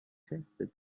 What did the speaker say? suggested